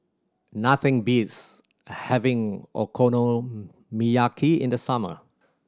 nothing beats having Okonomiyaki in the summer